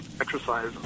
exercise